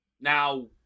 Now